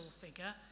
figure